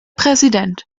präsident